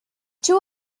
two